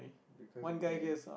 because if they